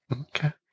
Okay